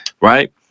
right